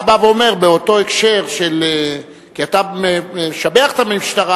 אתה בא ואומר באותו הקשר שאתה משבח את המשטרה